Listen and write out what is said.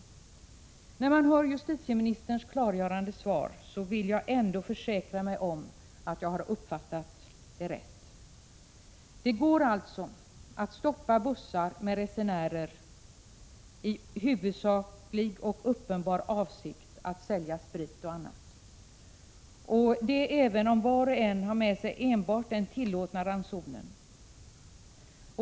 Efter att ha hört justitieministerns klargörande svar vill jag ändå försäkra mig om att jag har uppfattat det rätt. Det går alltså att stoppa bussar med resenärer, vilkas huvudsakliga och uppenbara avsikt är att sälja sprit och annat — och detta även om var och en enbart har med sig den tillåtna ransonen.